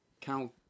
Cow